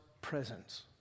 presence